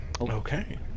Okay